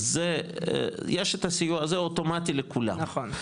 אז יש את הסיוע הזה אוטומטי לכולם,